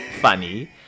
funny